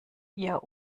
ihr